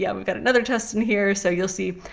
yeah we've got another test in here so you'll see,